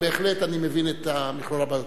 אבל בהחלט אני מבין את מכלול הבעיות.